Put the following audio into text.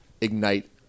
ignite